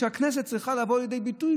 שהכנסת צריכה לבוא לידי ביטוי,